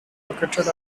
located